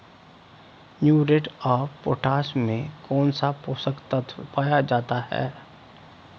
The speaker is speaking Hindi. म्यूरेट ऑफ पोटाश में कौन सा पोषक तत्व पाया जाता है?